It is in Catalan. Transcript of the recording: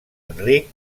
enric